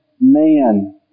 man